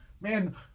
Man